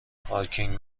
پارکینگ